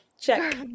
Check